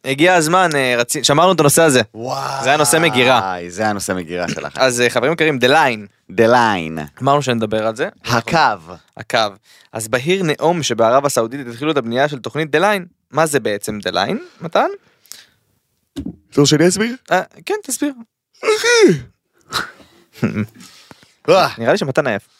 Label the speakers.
Speaker 1: הגיע הזמן, אה, רצי- שמרנו את הנושא הזה.
Speaker 2: וואי,
Speaker 1: זה היה נושא מגירה.
Speaker 2: זה היה נושא מגירה שלך.
Speaker 1: אז, אה, חברים יקרים, The Line.
Speaker 2: The Line.
Speaker 1: אמרנו שנדבר על זה.
Speaker 2: הקו.
Speaker 1: הקו. אז בהיר נאום שבערב הסעודית התחילו את הבנייה של תוכנית The Line. מה זה בעצם The Line, מתן?
Speaker 2: אתה רוצה שאני אסביר?
Speaker 1: אה, כן, תסביר.
Speaker 2: אחי!
Speaker 1: נראה לי שמתן עייף.